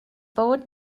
bod